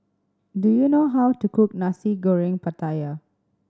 do you know how to cook Nasi Goreng Pattaya